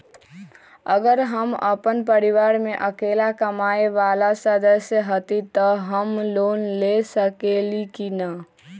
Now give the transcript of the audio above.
अगर हम अपन परिवार में अकेला कमाये वाला सदस्य हती त हम लोन ले सकेली की न?